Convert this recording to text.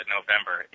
November